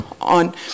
on